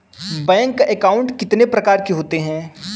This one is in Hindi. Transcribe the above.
बैंक अकाउंट कितने प्रकार के होते हैं?